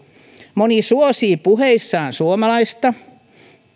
moni suosii puheissaan suomalaista